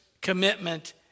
commitment